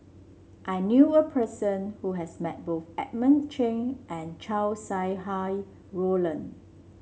I knew a person who has met both Edmund Cheng and Chow Sau Hai Roland